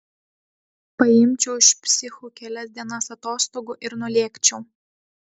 paimčiau iš psichų kelias dienas atostogų ir nulėkčiau